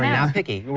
not picky.